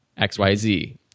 XYZ